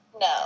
No